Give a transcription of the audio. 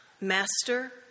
Master